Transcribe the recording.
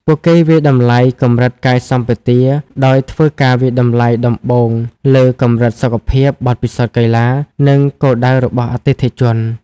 ពួកគេវាយតម្លៃកម្រិតកាយសម្បទា ដោយធ្វើការវាយតម្លៃដំបូងលើកម្រិតសុខភាព បទពិសោធន៍កីឡា និងគោលដៅរបស់អតិថិជន។